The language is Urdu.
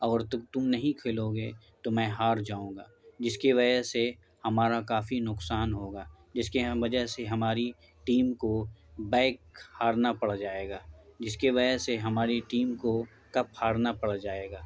اور تم تم نہیں کھیلو گے تو میں ہار جاؤں گا جس کی وجہ سے ہمارا کافی نقصان ہوگا جس کے وجہ سے ہماری ٹیم کو بیک ہارنا پڑ جائے گا جس کی وجہ سے ہماری ٹیم کو کپ ہارنا پڑ جائے گا